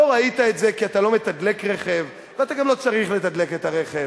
לא ראית את זה כי אתה לא מתדלק רכב ואתה גם לא צריך לתדלק את הרכב.